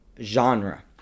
genre